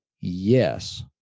Yes